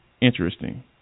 interesting